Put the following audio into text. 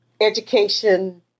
education